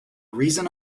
reason